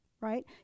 right